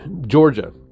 Georgia